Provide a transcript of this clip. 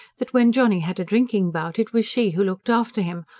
that when johnny had a drinking-bout it was she who looked after him,